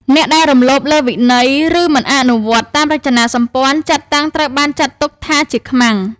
អ្នកដែលរំលោភលើវិន័យ ឬមិនអនុវត្តតាមរចនាសម្ព័ន្ធចាត់តាំង ត្រូវបានចាត់ទុកថាជាខ្មាំង។